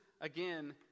again